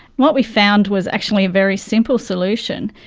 what we found was actually a very simple solution,